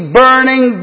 burning